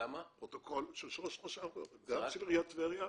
גם של עיריית טבריה,